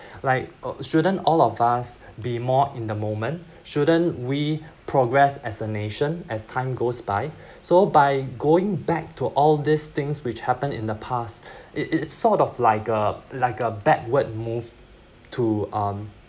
like shouldn't all of us be more in the moment shouldn't we progress as a nation as time goes by so by going back to all these things which happened in the past it it's sort of like a like a backward move to um